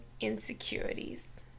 insecurities